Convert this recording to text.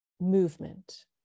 movement